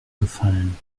gefallen